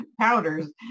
powders